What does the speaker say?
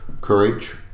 courage